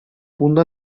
bunda